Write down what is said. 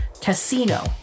Casino